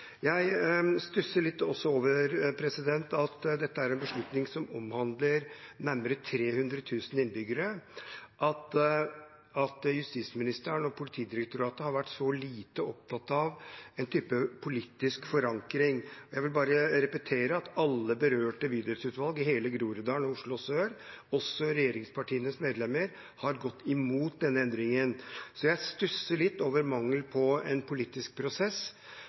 dette er en beslutning som omhandler nærmere 300 000 innbyggere, stusser jeg også litt over at justisministeren og Politidirektoratet har vært så lite opptatt av å ha en politisk forankring. Jeg vil bare repetere at alle berørte bydelsutvalg i hele Groruddalen og Oslo Sør, også regjeringspartienes medlemmer, har gått imot denne endringen. Så jeg stusser litt over mangel på en politisk prosess.